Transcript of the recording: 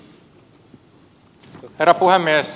herra puhemies